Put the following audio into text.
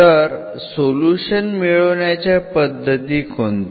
तर सोल्युशन मिळविण्याच्या पद्धती कोणत्या